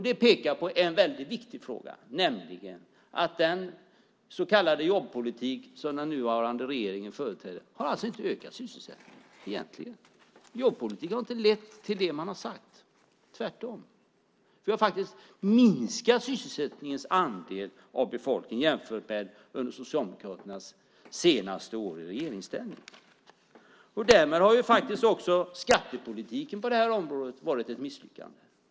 Det pekar på en väldigt viktig fråga, nämligen att den så kallade jobbpolitik som den nuvarande regeringen företräder alltså inte har ökat sysselsättningen egentligen. Jobbpolitiken har inte lett till det man har sagt - tvärtom. Vi har faktiskt minskat de sysselsattas andel av befolkningen jämfört med under Socialdemokraternas senaste år i regeringsställning. Därmed har också skattepolitiken på det här området varit ett misslyckande.